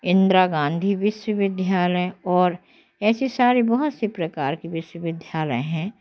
इन्द्रा गाँधी विश्वविद्यालय और ऐसे सारे बहुत से प्रकार के विश्वविद्यालय हैं